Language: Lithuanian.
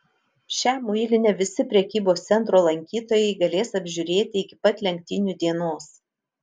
šią muilinę visi prekybos centro lankytojai galės apžiūrėti iki pat lenktynių dienos